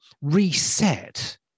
reset